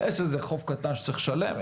יש איזה חוף קטן שצריך לשלם,